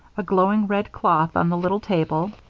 a glowing red cloth on the little table,